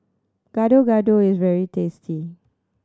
Gado Gado is very tasty